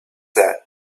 that